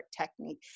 technique